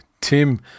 Tim